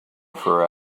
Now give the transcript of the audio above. for